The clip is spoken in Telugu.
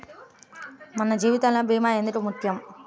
మన జీవితములో భీమా ఎందుకు ముఖ్యం?